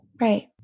Right